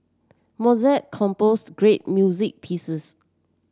Mozart composed great music pieces